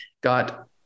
got